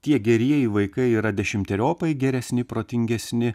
tie gerieji vaikai yra dešimteriopai geresni protingesni